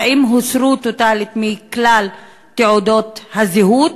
האם הוא הוסר טוטלית מכלל תעודות הזהות?